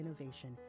innovation